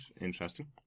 interesting